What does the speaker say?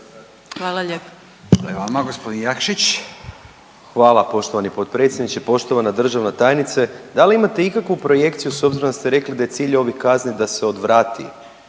Jakšić. **Jakšić, Mišel (SDP)** Hvala poštovani potpredsjedniče. Poštovana državna tajnice da li imate ikakvu projekciju s obzirom da ste rekli da je cilj ovih kazni da se odvrati